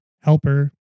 helper